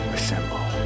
Assemble